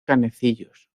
canecillos